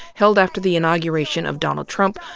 held after the inauguration of donald trump,